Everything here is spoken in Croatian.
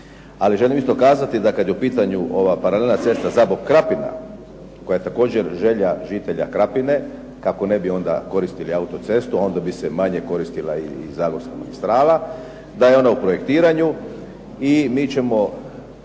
Ali želim isto kazati da kad je u pitanju ova paralelna cesta Zabok-Krapina koja je također želja žitelja Krapine, kako ne bi onda koristili autocestu, onda bi se manje koristila i zagorska magistrala, da je ona u projektiranju, i mi ćemo